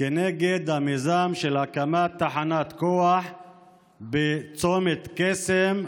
נגד המיזם של הקמת תחנת הכוח בצומת קסם,